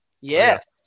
Yes